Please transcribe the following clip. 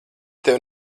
tevi